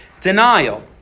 denial